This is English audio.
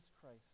Christ